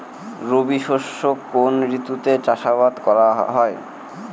রবি শস্য কোন ঋতুতে চাষাবাদ করা হয়?